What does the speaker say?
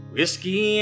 Whiskey